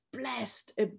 blessed